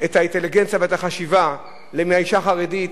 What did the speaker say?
את האינטליגנציה והחשיבה מהאשה החרדית,